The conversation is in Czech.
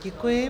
Děkuji.